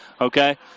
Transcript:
Okay